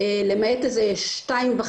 אנחנו רוצים שיהיה איסור מכירה לקטינים עד גיל 21,